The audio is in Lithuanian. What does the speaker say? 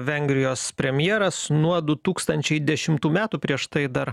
vengrijos premjeras nuo du tūkstančiai dešimtų metų prieš tai dar